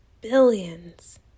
billions